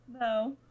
No